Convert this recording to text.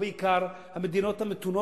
ובעיקר המדינות המתונות,